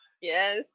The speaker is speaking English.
yes